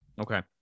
Okay